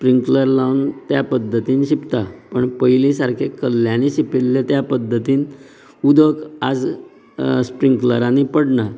sprinkler लावन त्या पध्दतीन शिंपता पूण पयली सारकें कल्ल्यांनी शिपिल्ले त्या पध्दतीन उदक आज स्प्रिंकलरांनी पडना